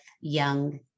young